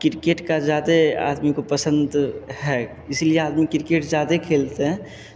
cricket का ज़्यादे आदमी को पसंद है इसीलिए आदमी किरकिट ज़्यादे खेलते हैं